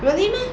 really meh